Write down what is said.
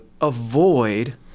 avoid